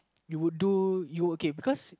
you would do you would okay because